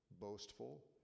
boastful